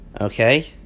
Okay